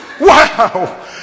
Wow